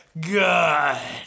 god